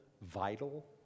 vital